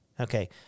Okay